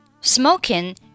Smoking